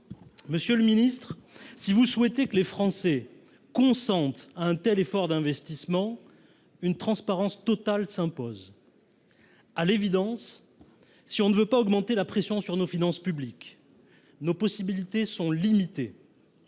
Monsieur le ministre, si vous souhaitez que les Français consentent un tel effort d’investissement, une transparence totale s’impose. À l’évidence, si l’on ne veut pas augmenter la pression sur nos finances publiques, nos possibilités sont limitées.